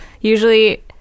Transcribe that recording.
Usually